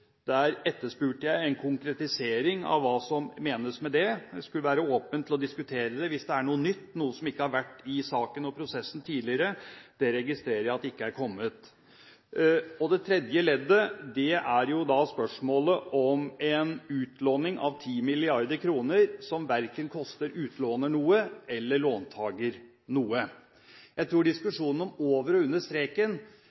Der etterspurte jeg en konkretisering av hva som menes med det. Det skulle være åpent for å diskutere det hvis det var noe nytt, noe som ikke har vært i saken og prosessen tidligere. Jeg registrerer at det ikke har kommet. Det tredje leddet gjelder spørsmålet om en utlåning av 10 mrd. kr som koster verken utlåner eller låntaker noe. Jeg tror